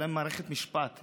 הייתה להם מערכת משפט.